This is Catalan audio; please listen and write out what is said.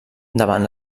davant